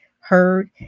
heard